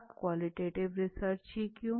अब qualitative research ही क्यों